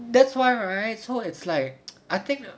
that's why right so it's like I think ah